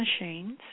machines